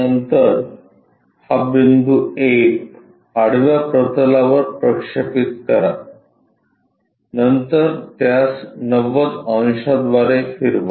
नंतर हा बिंदू A आडव्या प्रतलावर प्रक्षेपित करा नंतर त्यास 90 अंशांद्वारे फिरवा